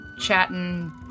chatting